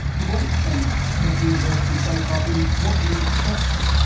to what extent has university, so far, been what you expected?